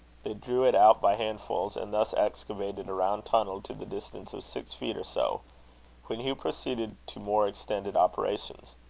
they drew it out by handfuls, and thus excavated a round tunnel to the distance of six feet or so when hugh proceeded to more extended operations.